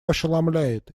ошеломляет